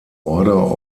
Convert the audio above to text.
order